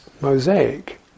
mosaic